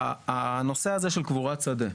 הנושא הזה של קבורת שדה,